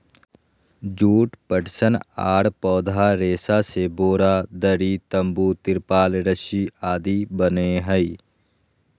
जुट, पटसन आर पौधा रेशा से बोरा, दरी, तंबू, तिरपाल रस्सी आदि बनय हई